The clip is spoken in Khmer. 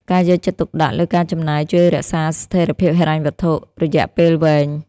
ការយកចិត្តទុកដាក់លើការចំណាយជួយរក្សាស្ថេរភាពហិរញ្ញវត្ថុយៈពេលវែង។